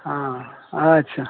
हँ अच्छा